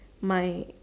my